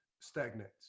stagnates